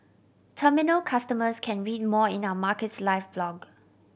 terminal customers can read more in our Markets Live blog